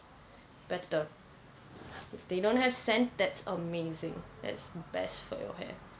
better if they don't have scent that's amazing that's best for your hair